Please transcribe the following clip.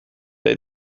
they